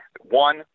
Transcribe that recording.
one